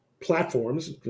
platforms